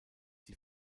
die